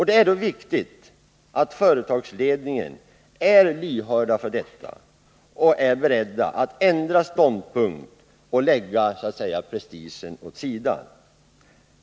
Det är då viktigt att vid Ljusne Kätting företagsledningen är lyhörd för detta, är beredd att ändra ståndpunkt och så AB att säga lägga prestigen åt sidan.